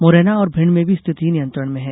मुरैना और भिंड में भी स्थिति नियंत्रण में है